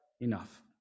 enough